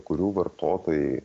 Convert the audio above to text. kurių vartotojai